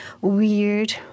weird